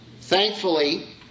Thankfully